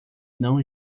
não